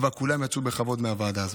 אבל כולם יצאו בכבוד מהוועדה הזאת.